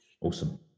Awesome